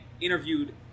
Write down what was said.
interviewed